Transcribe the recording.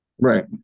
right